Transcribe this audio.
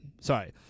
sorry